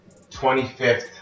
25th